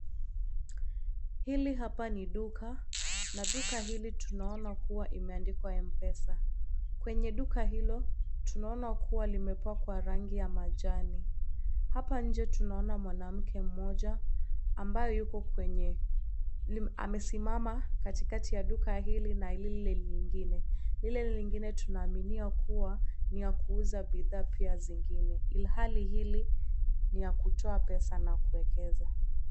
Hili hapa ni duka na duka hili tunaona kuwa imeandikwa MPESA , kwenye duka hilo tunaona kuwa limepakwa rangi ya majani, hapa nje tunaona mwanamke mmoja ambaye amesimama katikati la duka hili na lile lingine. Lile lingine tunaaminia kuwa ni ya kuuza bidhaa pia zingine ilhali hili ni ya kutoa pesa na kuekeza.